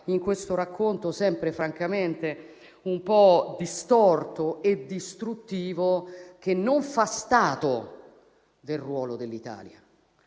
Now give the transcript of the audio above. in questo racconto sempre francamente un po' distorto e distruttivo che non fa stato del ruolo dell'Italia,